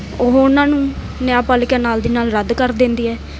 ਉਹ ਉਹਨਾਂ ਨੂੰ ਨਿਆਂਪਾਲਿਕਾ ਨਾਲ ਦੀ ਨਾਲ ਰੱਦ ਕਰ ਦਿੰਦੀ ਹੈ